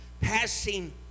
Passing